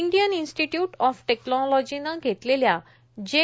Indian institute of technology ने घेतलेल्या जे